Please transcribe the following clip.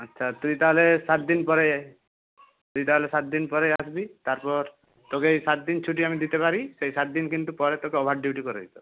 আচ্ছা তুই তাহলে সাত দিন পরেই আয় তুই তাহলে সাত দিন পরে আসবি তারপর তোকে এই সাত দিন ছুটি আমি দিতে পারি সেই সাত দিন কিন্তু পরে তোকে ওভার ডিউটি করে দিতে